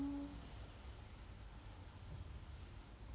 mm